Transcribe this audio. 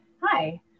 Hi